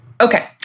okay